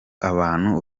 abantu